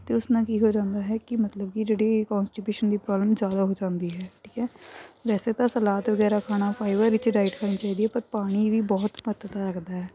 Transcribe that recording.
ਅਤੇ ਉਸ ਨਾਲ ਕੀ ਹੋ ਜਾਂਦਾ ਹੈ ਕਿ ਮਤਲਬ ਕਿ ਜਿਹੜੀ ਕੋਸਟੀਪੇਸ਼ਨ ਦੀ ਪ੍ਰੋਬਲਮ ਜ਼ਿਆਦਾ ਹੋ ਜਾਂਦੀ ਹੈ ਠੀਕ ਹੈ ਵੈਸੇ ਤਾਂ ਸਲਾਦ ਵਗੈਰਾ ਖਾਣਾ ਫਾਈਬਰ ਰਿੱਚ ਡਾਈਟ ਹੋਣੀ ਚਾਹੀਦੀ ਹੈ ਪਰ ਪਾਣੀ ਵੀ ਬਹੁਤ ਮਹੱਤਤਾ ਰੱਖਦਾ ਹੈ